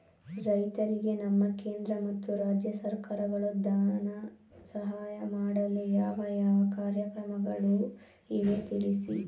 ರೈತರಿಗೆ ನಮ್ಮ ಕೇಂದ್ರ ಮತ್ತು ರಾಜ್ಯ ಸರ್ಕಾರಗಳು ಧನ ಸಹಾಯ ಮಾಡಲು ಯಾವ ಯಾವ ಕಾರ್ಯಕ್ರಮಗಳು ಇವೆ ತಿಳಿಸಿ?